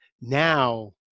now